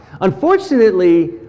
Unfortunately